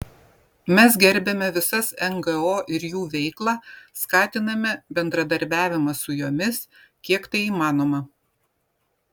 mes gerbiame visas ngo ir jų veiklą skatiname bendradarbiavimą su jomis kiek tai įmanoma